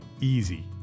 easy